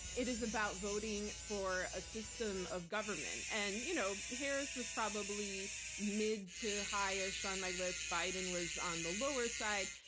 it is about voting for a system of government. and you know harris was probably mid to highish on my list. biden was on the lower side.